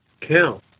count